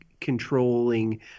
controlling